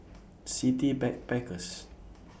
City Backpackers